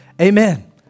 amen